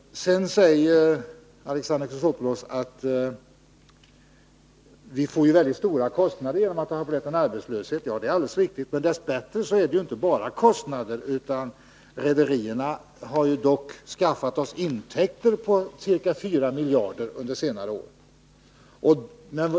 Sedan säger Alexander Chrisopoulos att vi får stora kostnader genom att det har blivit arbetslöshet. Detta är alldeles riktigt, men dess bättre är det inte bara kostnader för oss, utan rederierna har ju också skaffat oss intäkter på ca 4 miljarder kronor under senare år.